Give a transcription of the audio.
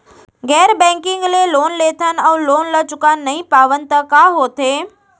गैर बैंकिंग ले लोन लेथन अऊ लोन ल चुका नहीं पावन त का होथे?